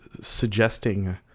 suggesting